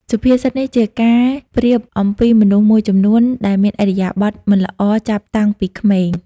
សុភាសិតនេះជាការប្រៀបអំពីមនុស្សមួយចំនួន ដែលមានឥរិយាបថមិនល្អចាប់តាំងពីក្មេង។